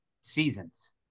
seasons